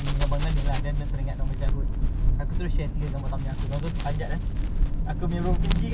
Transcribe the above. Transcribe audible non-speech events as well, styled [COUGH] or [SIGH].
so just for that I know I spend big dekat Tamiya but okay lah Tamiya for me [NOISE] how big can big me right